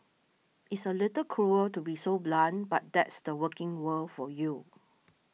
it's a little cruel to be so blunt but that's the working world for you